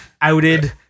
outed